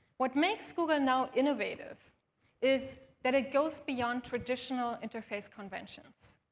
what makes google now innovative is that it goes beyond traditional interface conventions,